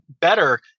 better